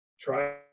try